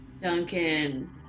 Duncan